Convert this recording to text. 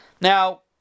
Now